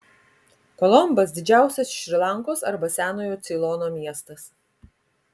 kolombas didžiausias šri lankos arba senojo ceilono miestas